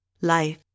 life